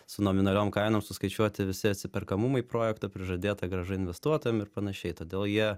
su nominaliom kainom suskaičiuoti visi atsiperkamumai projekto prižadėta grąžą investuotojam ir panašiai todėl jie